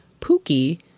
Pookie